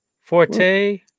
Forte